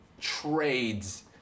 trades